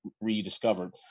rediscovered